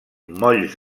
molls